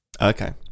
Okay